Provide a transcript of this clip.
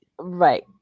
Right